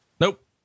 Nope